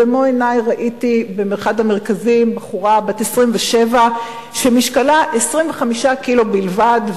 במו-עיני ראיתי באחד המרכזים בחורה בת 27 שמשקלה 25 קילו בלבד,